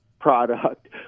product